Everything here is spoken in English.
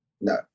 No